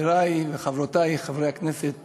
חברי וחברותי חברי הכנסת